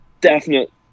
definite